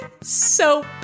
Soap